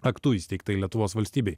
aktu įsteigtai lietuvos valstybei